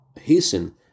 hasten